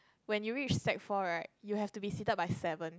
when you reach sec four right you have to be seated by seven